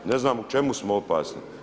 Ne znam u čemu smo opasni?